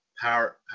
power